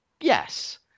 Yes